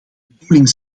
bedoeling